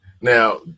Now